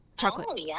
Chocolate